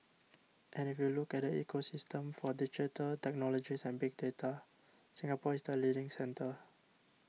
and if you look at the ecosystem for digital technologies and big data Singapore is the leading centre